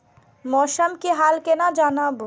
मौसम के हाल केना जानब?